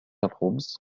الخبز